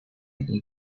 igloo